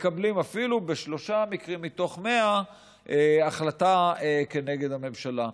מקבלים אפילו בשלושה מקרים מתוך 100 החלטה כנגד הממשלה.